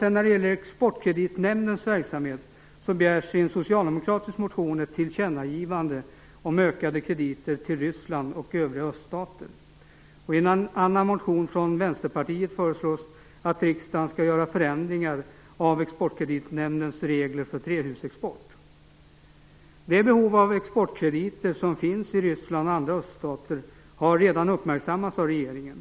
När det sedan gäller Exportkreditnämndens verksamhet begärs i en socialdemokratisk motion ett tillkännagivande om ökade krediter till Det behov av exportkrediter som finns i Ryssland och andra öststater har redan uppmärksammats av regeringen.